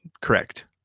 correct